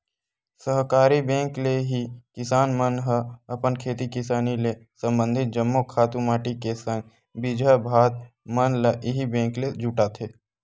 सहकारी बेंक ले ही किसान मन ह अपन खेती किसानी ले संबंधित जम्मो खातू माटी के संग बीजहा भात मन ल इही बेंक ले जुटाथे